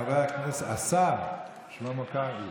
חבר הכנסת השר שלמה קרעי.